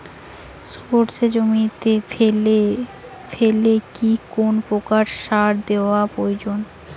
সর্ষে জমিতে ফেলে কি কোন প্রকার সার দেওয়া প্রয়োজন?